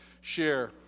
share